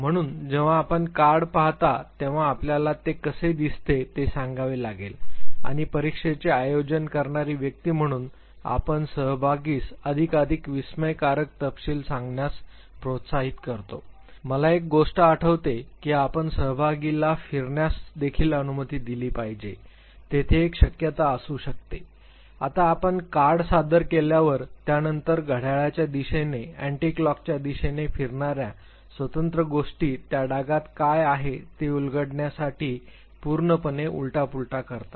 म्हणून जेव्हा आपण कार्ड पाहता तेव्हा आपल्याला ते कसे दिसते ते सांगावे लागेल आणि परीक्षेचे आयोजन करणारी व्यक्ती म्हणून आपण सहभागीस अधिकाधिक विस्मयकारक तपशील सांगण्यास प्रोत्साहित करतो मला एक गोष्ट आठवते की आपण सहभागीला फिरण्यास देखील अनुमती दिली पाहिजे तेथे एक शक्यता असू शकते आता आपण कार्ड सादर केल्यावर त्या नंतर घड्याळाच्या दिशेने अँट्लॉकच्या दिशेने फिरणार्या स्वतंत्र गोष्टी त्या डागात काय आहे ते उलगडण्यासाठी पूर्णपणे उलटा पुलटा करतात